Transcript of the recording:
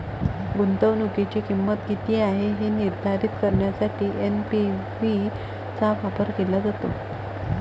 गुंतवणुकीची किंमत किती आहे हे निर्धारित करण्यासाठी एन.पी.वी चा वापर केला जातो